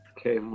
Okay